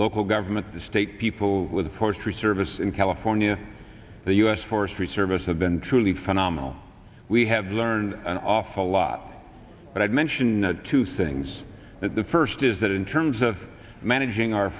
local government the state people with forestry service in california the u s forest service have been truly phenomenal we have learned an awful lot but i'd mention two things that the first is that in terms of managing our